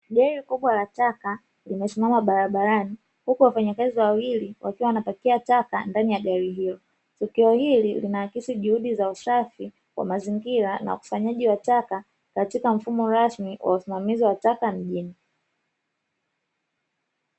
Gari kubwa la taka limesimama barabarani huku wafanyakazi wawili wakiwa wanapakia taka ndani ya gari hilo, tukio hili linaakisi juhudi za usafi wa mazingira na ukusanyaji wa taka katika mfumo rasmi wa usimamizi wa taka mjini.